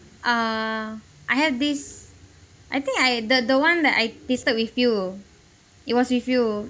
err I have this I think I the the one that I tasted with you it was with you